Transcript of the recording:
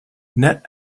net